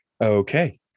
Okay